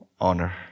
honor